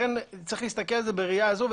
לכן יש להסתכל על זה בראייה הזו,